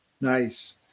Nice